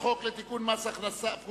חוק שירות המדינה (גמלאות) (תיקון מס' 48),